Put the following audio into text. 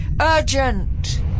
Urgent